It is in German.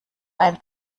ein